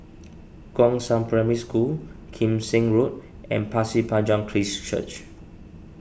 Gongshang Primary School Kim Seng Road and Pasir Panjang Christ Church